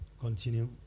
Continue